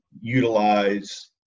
utilize